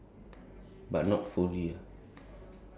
I don't know must open is it I also not sure